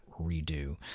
redo